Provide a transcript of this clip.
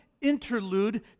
interlude